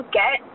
get